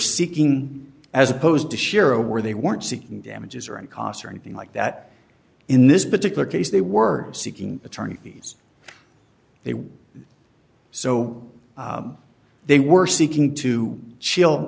seeking as opposed to share where they weren't seeking damages or any costs or anything like that in this particular case they were seeking attorney fees they were so they were seeking to chill